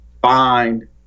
find